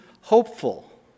hopeful